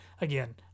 again